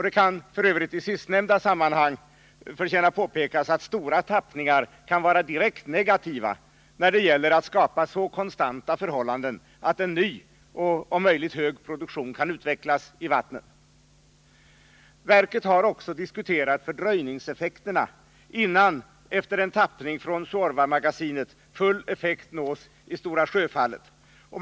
Det kan f. ö. i sistnämnda sammanhang förtjäna påpekas att stora tappningar kan vara direkt negativa när det gäller att skapa så konstanta förhållanden att en ny och om möjligt hög produktion kan utvecklas i vattnen. Verket har också diskuterat fördröjningseffekterna i fråga om tiden till dess full effekt nås i Stora Sjöfallet sedan en tappning från Suorvamagasinet skett.